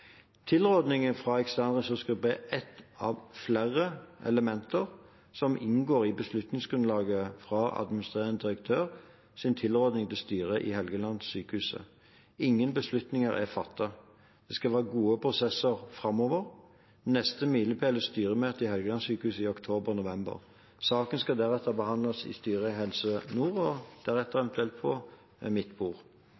fra ekstern ressursgruppe er et av flere element som inngår i beslutningsgrunnlaget for administrerende direktørs tilråding til styret i Helgelandssykehuset. Ingen beslutninger er fattet. Det skal være gode prosesser framover. Neste milepæl er styremøtet i Helgelandssykehuset i oktober/november. Saken skal deretter behandles i styret i Helse Nord, og deretter